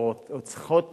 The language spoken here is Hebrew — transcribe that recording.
או צריכות